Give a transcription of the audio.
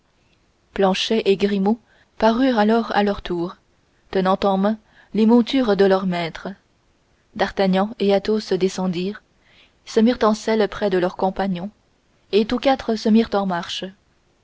planchet et grimaud parurent alors à leur tour tenant en main les montures de leurs maîtres d'artagnan et athos descendirent se mirent en selle près de leurs compagnons et tous quatre se mirent en marche